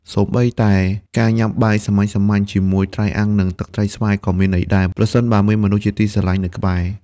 សូម្បីតែការញ៉ាំបាយសាមញ្ញៗជាមួយ "ត្រីអាំង និងទឹកត្រីស្វាយ" ក៏មានន័យដែរ ប្រសិនបើមានមនុស្សជាទីស្រឡាញ់នៅក្បែរ។